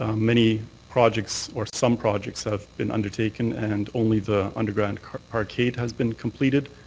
ah many projects or some projects have been undertaken and only the underground parkade has been completed.